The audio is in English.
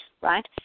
right